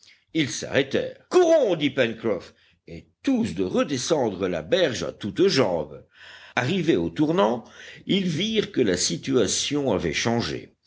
courons dit pencroff et tous de redescendre la berge à toutes jambes arrivés au tournant ils virent que la situation avait changé